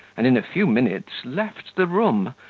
and in a few minutes left the room,